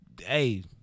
Hey